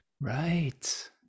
Right